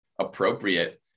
appropriate